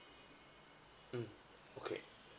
mm okay